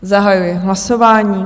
Zahajuji hlasování.